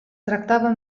tractava